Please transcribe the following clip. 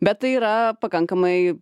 bet tai yra pakankamai